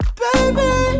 baby